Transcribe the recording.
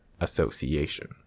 association